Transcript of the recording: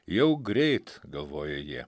jau greit galvojo jie